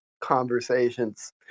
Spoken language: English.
Conversations